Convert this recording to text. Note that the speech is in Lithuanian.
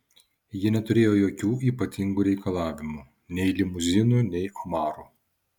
ji neturėjo jokių ypatingų reikalavimų nei limuzinų nei omarų